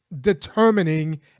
determining